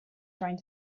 trying